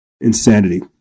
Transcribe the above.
Insanity